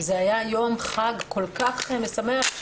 זה היה יום חג כל כך משמח.